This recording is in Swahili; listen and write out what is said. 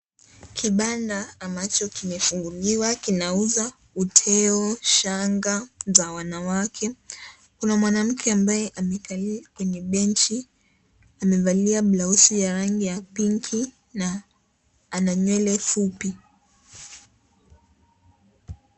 Kibanda ambacho kimefungiliwa kinauza uteo shanga za wanawake kuna mwanamke ambaye amekalia kwenye benchi amevalia blausi ya rangi ya pinki na ana nywele fupi.